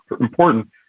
important